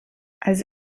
also